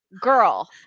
girl